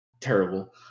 terrible